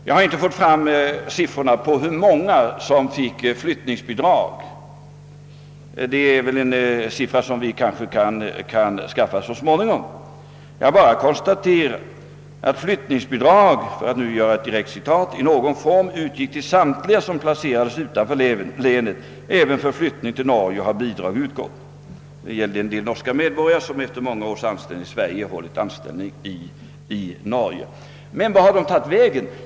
Jag har inte fått fram siffrorna över hur många av dessa som fick flyttningsbidrag det är en siffra som vi kanske så småningom kan få fram — utan vill bara konstatera att »flyttningsbidrag i någon form utgick till samtliga, som placerades utanför länet. Även för flyttning till Norge har bidrag utgått.» — Det gällde en del norska medborgare, som efter många års anställning i Sverige fått plats i Norge. Vart har då dessa tjänstemän tagit vägen?